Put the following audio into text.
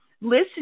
Listen